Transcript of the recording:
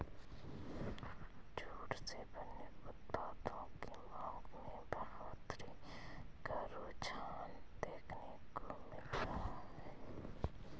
jute से बने उत्पादों की मांग में बढ़ोत्तरी का रुझान देखने को मिल रहा है